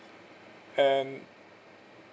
and